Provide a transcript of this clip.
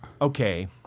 okay